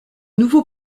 nouveau